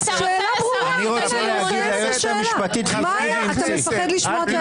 שאלתי שאלה את היועצת המשפטית, מה האסון?